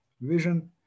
Vision